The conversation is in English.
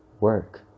work